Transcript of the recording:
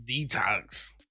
Detox